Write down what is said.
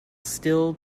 still